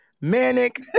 manic